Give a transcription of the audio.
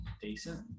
decent